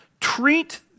treat